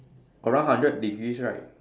around hundred degrees right